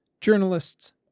journalists